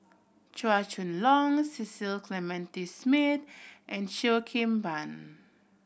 Chua Chong Long Cecil Clementi Smith and Cheo Kim Ban